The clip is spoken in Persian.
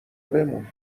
بمون